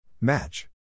Match